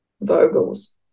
Vogel's